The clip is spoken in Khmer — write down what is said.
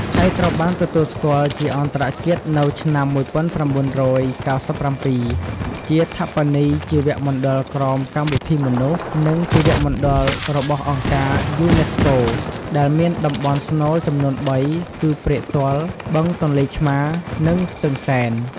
ហើយត្រូវបានទទួលស្គាល់ជាអន្តរជាតិនៅឆ្នាំ ១៩៩៧ ជាឋបនីយជីវមណ្ឌលក្រោមកម្មវិធីមនុស្ស និងជីវមណ្ឌលរបស់អង្គការ UNESCO ដែលមានតំបន់ស្នូលចំនួន ៣ គឺ ព្រែកទាល់ បឹងទន្លេឆ្មារ និងស្ទឹងសែន។